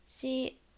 See